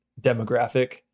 demographic